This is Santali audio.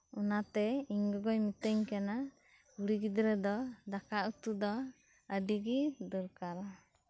ᱚᱱᱟᱛᱮ ᱤᱧ ᱜᱚᱜᱚᱭ ᱢᱤᱛᱟᱹᱧ ᱠᱟᱱᱟ ᱠᱩᱲᱤ ᱜᱤᱫᱽᱨᱟᱹ ᱫᱚ ᱫᱟᱠᱟ ᱩᱛᱩ ᱫᱚ ᱟᱹᱰᱤ ᱜᱮ ᱫᱚᱨᱠᱟᱨᱟ